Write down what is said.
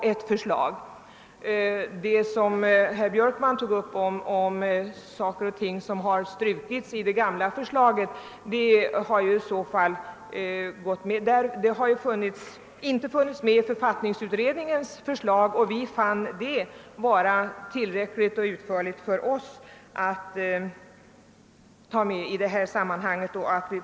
Det som herr Björkman tog upp om saker och ting som strukits i det gamla förslaget har inte funnits med i författningsutredningens förslag, och vi fann att detta var tillräckligt utförligt för oss i detta sammanhang.